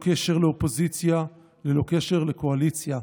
ללא קשר לאופוזיציה, ללא קשר לקואליציה.